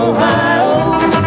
Ohio